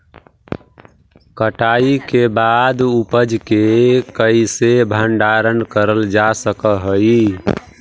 कटाई के बाद उपज के कईसे भंडारण करल जा सक हई?